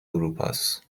اروپاست